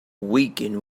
weaken